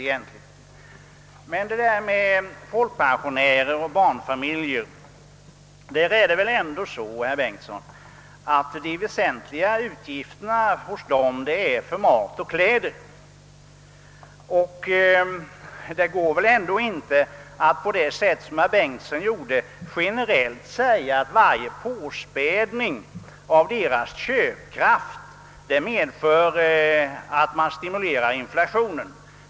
De väsentliga utgifterna hos folkpensionärer och barnfamiljer gäller väl ändå mat och kläder. Det går inte att som herr Bengtsson gjorde generellt säga att varje påspädning av deras köpkraft medför att inflationen stimuleras.